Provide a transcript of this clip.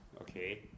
Okay